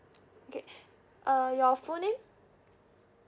okay uh your full name